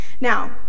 Now